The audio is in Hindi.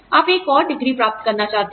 आप एक और डिग्री प्राप्त करना चाहते हैं